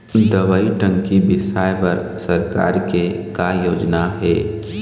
दवई टंकी बिसाए बर सरकार के का योजना हे?